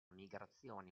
migrazioni